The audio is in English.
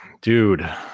dude